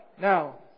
Now